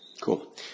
Cool